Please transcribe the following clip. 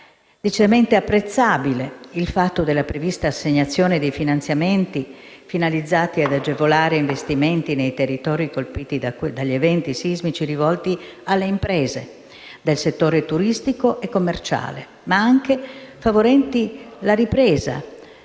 decisamente apprezzabile la prevista assegnazione di finanziamenti finalizzati ad agevolare investimenti nei territori colpiti dagli eventi sismici rivolti alle imprese del settore turistico-commerciale, ma anche favorenti la ripresa